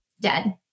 dead